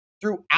throughout